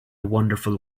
wonderful